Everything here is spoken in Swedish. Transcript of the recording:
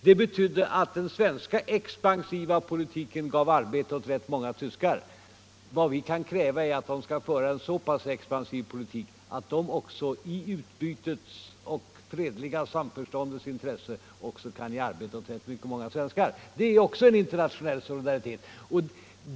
Det betydde att den svenska expansiva politiken gav arbete åt ganska många tyskar. Vad vi kan kräva är att tyskarna skall föra en så pass expansiv politik att också de i utbytets och det fredliga samförståndets intresse kan ge arbete åt rätt många svenskar. Det är också en internationell solidaritet.